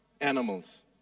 animals